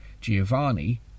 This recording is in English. Giovanni